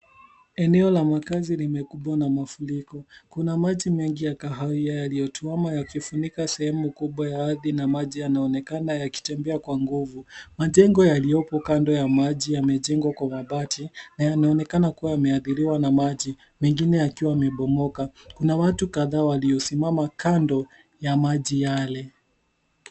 Eneo la makazi limekumbwa na mafuriko. Kuna maji mengi ya kahawia yaliyotuama yakifunika sehemu kubwa ya ardhi na maji yanaonekana yakitembea kwa nguvu. Majengo yaliopo kando ya maji yamejengwa kwa mabati na yanaonekana kuwa yameathiriwa na maji, mengine yakiwa yamebomoka. Kuna watu kadhaa waliosimama kando ya maji yale.